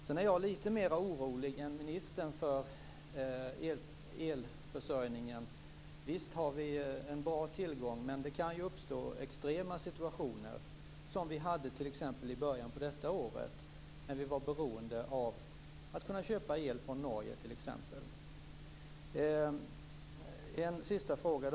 Sedan är jag litet mera orolig än ministern för elförsörjningen. Visst har vi en god tillgång, men det kan ju uppstå extrema situationer av den typ som uppstod t.ex. i början av detta år då vi var beroende av att köpa el från t.ex. Norge.